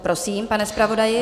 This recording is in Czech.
Prosím, pane zpravodaji.